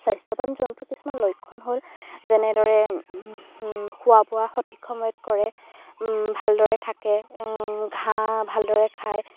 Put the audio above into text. স্বাস্থ্যবান জন্তু কিছুমান লক্ষণ হ'ল যেনেদৰে খোৱা বোৱা সঠিক সময়ত কৰে ভালদৰে থাকে ঘাঁহ ভালদৰে খায়